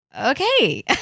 okay